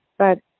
but